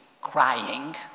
crying